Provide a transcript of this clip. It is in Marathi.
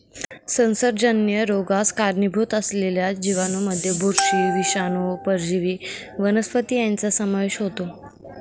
संसर्गजन्य रोगास कारणीभूत असलेल्या जीवांमध्ये बुरशी, विषाणू, परजीवी वनस्पती यांचा समावेश होतो